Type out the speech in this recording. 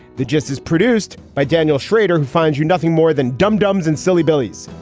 the gist is produced by daniel schrader, who finds you nothing more than dumb dums and silly bellies.